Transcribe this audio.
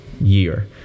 year